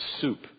soup